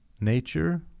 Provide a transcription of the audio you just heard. nature